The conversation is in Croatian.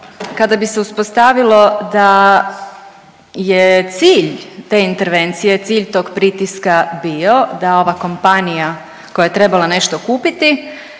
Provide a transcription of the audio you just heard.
kada bi se uspostavilo da je cilj te intervencije, cilj tog pritiska bio da ova kompanija koja je trebala nešto kupiti